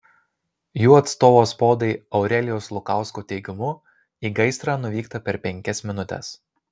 jų atstovo spaudai aurelijaus lukausko teigimu į gaisrą nuvykta per penkias minutes